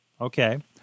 Okay